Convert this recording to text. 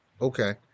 Okay